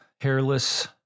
hairless